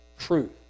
truth